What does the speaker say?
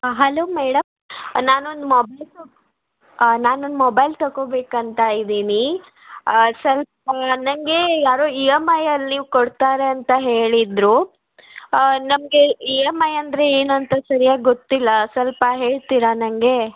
hello madam ನಾನು ಒಂದು mobile ತೊಗೋ ನಾನು ಒಂದು ಮೊಬೈಲ್ ತೊಗೋಬೇಕಂತ ಇದ್ದೀನಿ ಸ್ವಲ್ಪ ನನಗೆ ಯಾರೋ ಇ ಎಮ್ ಐಯಲ್ಲಿ ನೀವು ಕೊಡ್ತಾರೆ ಅಂತ ಹೇಳಿದರು ನಮಗೆ ಇ ಎಮ್ ಐ ಅಂದರೆ ಏನು ಅಂತ ಸರಿಯಾಗಿ ಗೊತ್ತಿಲ್ಲ ಸ್ವಲ್ಪ ಹೇಳ್ತೀರಾ ನಂಗೆ